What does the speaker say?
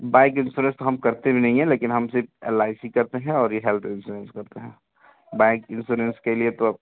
bike insurance तो हम करते भी नहीं हैं लेकिन हम सिर्फ एल आई सी करते हैं और ये हेल्थ इंस्योरेंस करते हैं बाइक इंस्योरेंस के लिए तो अब